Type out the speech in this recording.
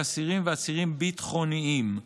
יהודים ולא יהודים,